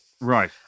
Right